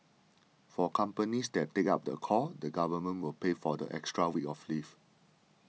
for companies that take up the call the government will pay for the extra week of leave